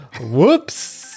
whoops